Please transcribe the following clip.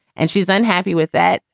and she's unhappy with that.